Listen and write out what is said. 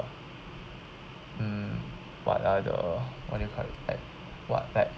mm what are the what do you call it at what part